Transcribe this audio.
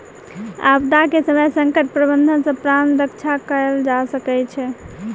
आपदा के समय संकट प्रबंधन सॅ प्राण रक्षा कयल जा सकै छै